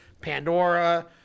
Pandora